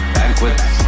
banquets